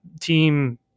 team